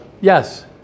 yes